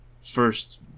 first